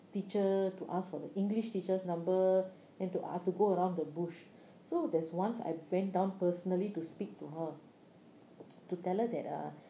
teacher to ask for the english teachers number and to a~ to go around the bush so there's once I went down personally to speak to her to tell her that uh